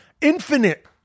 Infinite